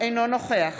אינו נוכח